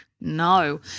No